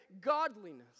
godliness